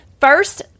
First